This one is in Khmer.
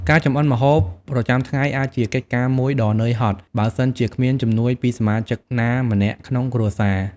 ការចម្អិនម្ហូបប្រចាំថ្ងៃអាចជាកិច្ចការមួយដ៏ហត់នឿយ បើសិនជាគ្មានជំនួយពីសមាជិកណាម្នាក់ក្នុងគ្រួសារ។